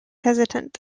hesitant